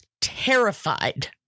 terrified